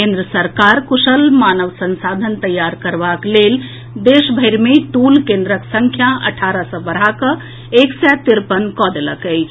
केंद्र सरकार कुशल मानव संसाधन तैयार करबाक लेल देश भरि मे टूल केंद्रक संख्या अठारह सॅ बढ़ा कऽ एक सय तिरपन कऽ देलक अछि